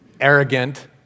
Arrogant